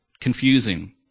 confusing